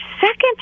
second